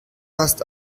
hast